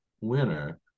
winner